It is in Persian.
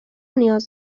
نیاز